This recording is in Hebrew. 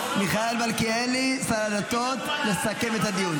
מיכאל מלכיאלי, שר הדתות, יסכם את הדיון.